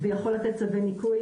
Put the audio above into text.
ויכול לתת צווי ניקוי,